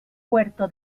puerto